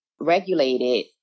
regulated